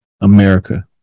America